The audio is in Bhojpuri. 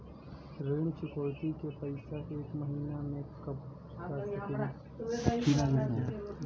ऋण चुकौती के पैसा एक महिना मे कबहू चुका सकीला जा बताईन जा?